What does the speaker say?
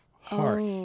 hearth